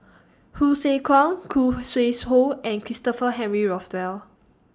Hsu Tse Kwang Khoo Sui Hoe and Christopher Henry Rothwell